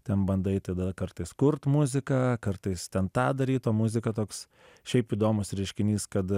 ten bandai tada kartais kurt muziką kartais ten tą daryt o muzika toks šiaip įdomus reiškinys kad